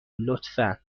لطفا